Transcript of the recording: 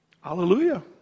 Hallelujah